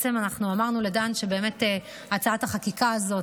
אמרנו לדן שהצעת החקיקה הזאת,